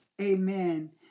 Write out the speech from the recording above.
amen